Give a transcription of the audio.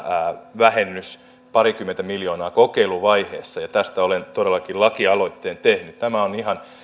vähennys parikymmentä miljoonaa kokeiluvaiheessa tästä olen todellakin lakialoitteen tehnyt nämä ovat ihan